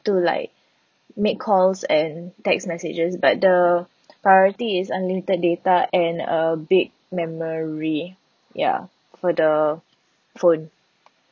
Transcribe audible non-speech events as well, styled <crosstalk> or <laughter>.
to like make calls and text messages but the <noise> priority is unlimited data and a big memory ya for the phone